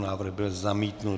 Návrh byl zamítnut.